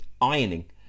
ironing